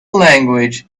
language